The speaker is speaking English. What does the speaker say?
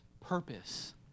purpose